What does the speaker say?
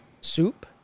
soup